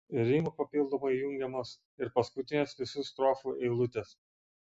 rimu papildomai jungiamos ir paskutinės visų strofų eilutės